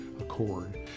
accord